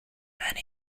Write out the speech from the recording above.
many